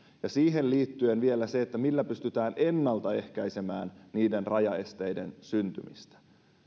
ja siihen liittyen vielä se millä pysytään ennaltaehkäisemään rajaesteiden syntymistä